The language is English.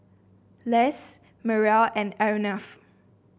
Les Mariel and Arnav